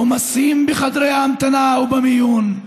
עומסים בחדרי ההמתנה ובמיון.